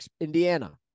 Indiana